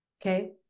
Okay